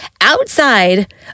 outside